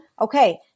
Okay